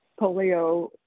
polio